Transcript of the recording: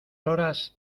horas